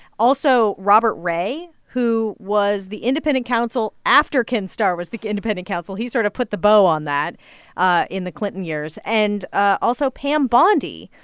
also robert ray, who was the independent counsel after ken starr was the independent counsel he sort of put the bow on that ah in the clinton years and ah also pam bondi,